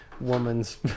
woman's